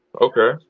Okay